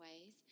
ways